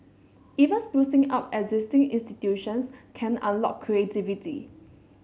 even sprucing up existing institutions can unlock creativity